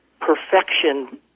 perfection